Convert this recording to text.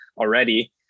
already